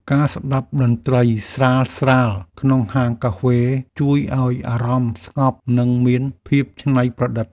ការស្តាប់តន្ត្រីស្រាលៗក្នុងហាងកាហ្វេ ជួយឱ្យអារម្មណ៍ស្ងប់ និងមានភាពច្នៃប្រឌិត។